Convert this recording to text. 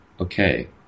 Okay